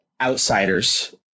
outsiders